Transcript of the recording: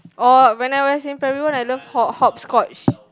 or when I was in primary one I love hop hopscotch